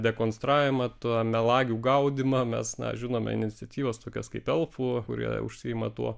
dekonstravimą tą melagių gaudymą mes na žinome iniciatyvas tokias kaip elfų kurie užsiima tuo